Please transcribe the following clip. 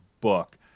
book